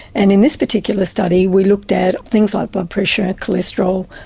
and in this particular study we looked at things like blood pressure, cholesterol,